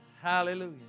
Hallelujah